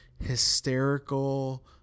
hysterical